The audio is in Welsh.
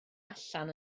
allan